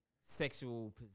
sexual